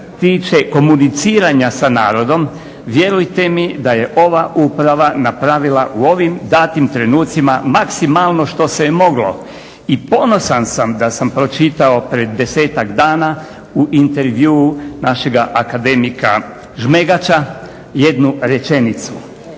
tiče komuniciranja sa narodom vjerujte mi da je ova uprava napravila u ovim datim trenucima maksimalno što se je moglo. I ponosan sam da sam pročitao pred desetak dana u intervjuu našega akademika Žmegača jednu rečenicu.